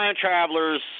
Travelers